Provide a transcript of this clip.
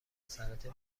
سرته